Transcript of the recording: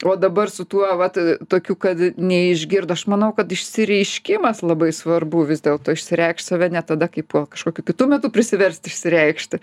o dabar su tuo vat tokiu kad neišgirdo aš manau kad išsireiškimas labai svarbu vis dėlto išsireikšt save ne tada kai po kažkokiu kitu metu prisiverst išsireikšti